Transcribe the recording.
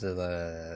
the